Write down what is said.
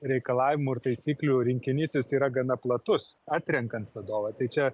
reikalavimų ir taisyklių rinkinys jis yra gana platus atrenkant vadovą tai čia